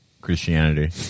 Christianity